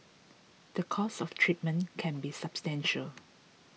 the cost of treatment can be substantial